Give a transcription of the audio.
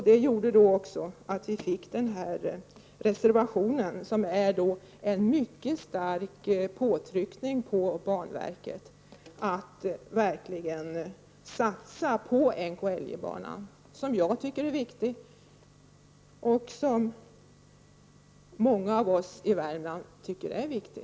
Det gjorde också att vi fick till stånd reservationen, som är en mycket stark påtryckning på banverket att verkligen satsa på NKIJ-banan, som jag tycker är viktig och som många av oss i Värmland tycker är viktig.